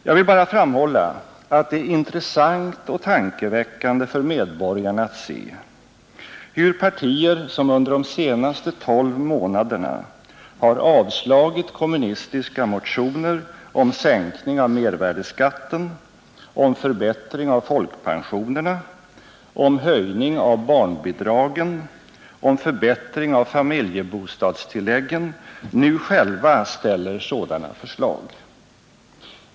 Jag vill bara framhålla att det är intressant och tankeväckande för medborgarna att se, hur partier som under de senaste tolv månaderna avslagit kommunistiska motioner om sänkning av mervärdeskatten, om förbättring av folkpensionerna, om höjning av barnbidragen, om förbättring av familjebostadstilläggen, nu själva ställer sådana förslag.